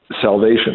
salvation